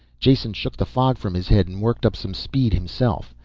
jason shook the fog from his head and worked up some speed himself.